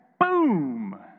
Boom